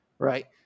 Right